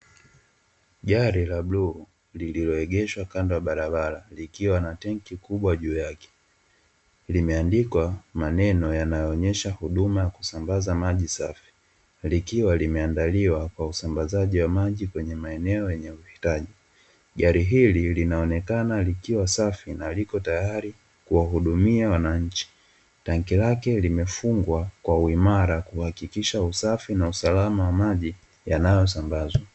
Gari la blue lililoegeshwa kando ya barabara likiwa na tanki kubwa juu yake ,limeandikwa maneno yanayoonyesha huduma ya kusambaza maji safi likiwa limeandaliwa kwa usambazaji wa maji kwenye maeneo yenye uhitaji ,gari hili linaonekana likiwa safi nai liko tayari kuwahudumia wananchi ,tanki lake limefungwa kwa uimara kuhakikisha usafi na usalama wa maji yanayo sambazwa.